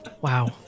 Wow